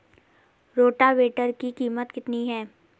Rotavator की कीमत कितनी है?